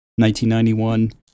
1991